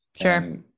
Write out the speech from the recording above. Sure